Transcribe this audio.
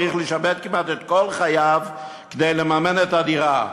צריך לשעבד כמעט את כל חייו כדי לממן את הדירה.